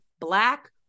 Black